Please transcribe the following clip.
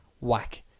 whack